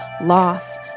loss